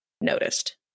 noticed